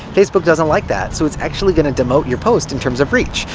facebook doesn't like that, so it's actually gonna demote your post, in terms of reach.